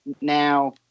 now